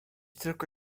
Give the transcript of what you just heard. tylko